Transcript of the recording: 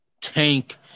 tank